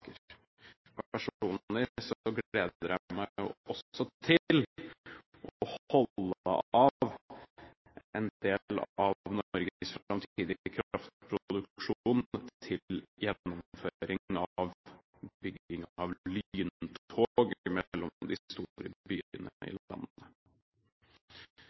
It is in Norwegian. gleder jeg meg jo også til å holde av en del av Norges framtidige kraftproduksjon til gjennomføring av bygging av lyntog mellom de store byene i landet. Dette forutsetter, som flere har vært inne